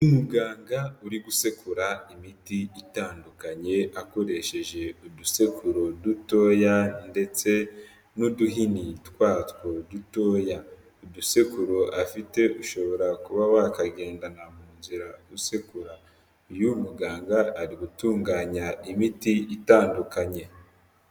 Umuganga uri gusekura imiti itandukanye akoresheje udusekururo dutoya ndetse n'uduhini twatwo dutoya, udusekuro afite ushobora kuba wakagendana mu nzira usekura, uyu muganga ari gutunganya imiti itandukanye.